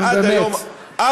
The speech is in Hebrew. נו, באמת.